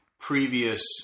previous